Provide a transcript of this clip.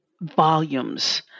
volumes